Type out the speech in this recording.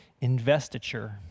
investiture